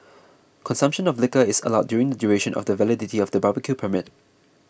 consumption of liquor is allowed during the duration of the validity of the barbecue permit